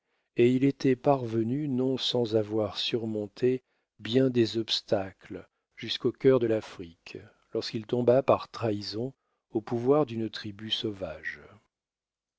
et il était parvenu non sans avoir surmonté bien des obstacles jusqu'au cœur de l'afrique lorsqu'il tomba par trahison au pouvoir d'une tribu sauvage